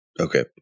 Okay